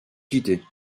quitter